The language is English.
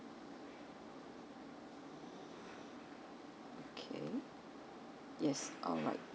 okay yes alright